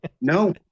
no